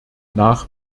nach